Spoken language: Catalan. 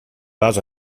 vas